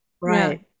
Right